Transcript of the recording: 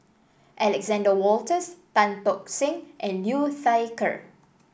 Alexander Wolters Tan Tock Seng and Liu Thai Ker